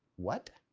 what?